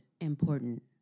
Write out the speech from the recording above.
important